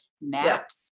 Naps